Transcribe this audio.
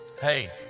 hey